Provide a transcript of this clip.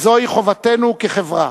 זוהי חובתנו כחברה.